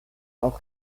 auch